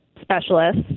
specialist